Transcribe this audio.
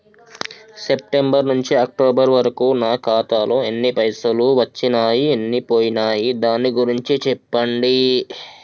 September నుంచి October వరకు నా ఖాతాలో ఎన్ని పైసలు వచ్చినయ్ ఎన్ని పోయినయ్ దాని గురించి చెప్పండి?